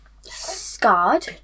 scarred